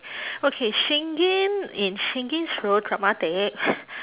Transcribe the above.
okay shingen in shingen's route dramatic